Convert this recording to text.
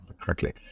correctly